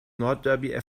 nordderby